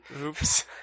Oops